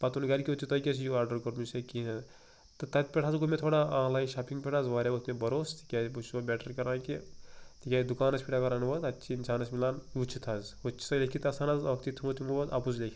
پَتہٕ تُل گھرِکیٛو تِہ تۄہہِ کیٛازِ یہِ ہیٛو آرڈَر کوٚرمُت دۄپمَس ہے کِہیٖنۍ نہٕ تہٕ تَتہِ پٮ۪ٹھ ہسا گوٚو مےٚ تھوڑا آنلایِن شاپِنٛگ پٮ۪ٹھ حظ واریاہ ووٚتھ مےٚ بھروسہٕ تِکیٛازِ بہٕ چھُس وۄنۍ بیٚٹَر کران کہ تِکیٛازِ دُکانَس پٮ۪ٹھ اَگر اَنو اَتہِ چھُ اِنسانَس میلان وُچھِتھ حظ ہوٚتہِ چھُ آسان لیٚکِتھ آسان حظ ٲکھتٕے تھوٚمُت تِمو حظ اَپُز لیٚکِتھ